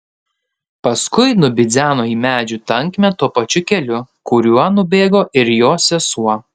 paskui nubidzeno į medžių tankmę tuo pačiu keliu kuriuo nubėgo ir jo sesuo